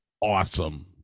awesome